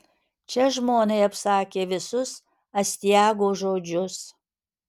čia žmonai apsakė visus astiago žodžius